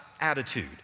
attitude